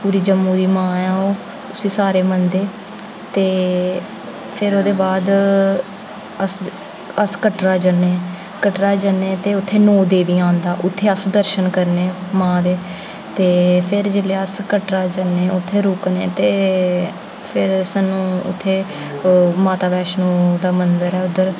पूरी जम्मू दी मां ऐ ओह् उसी सारे मनदे ते फिर ओह्दे बाद अस अस कटरा जन्ने कटरा जन्ने ते उ'त्थें नौ देवियां उ'त्थें अस दर्शन करने मां दे ते फिर जेल्लै अस कटरा जन्ने उत्थें रुक्कने ते फिर सानूं उ'त्थें माता वैष्णो दा मन्दर ऐ उद्धर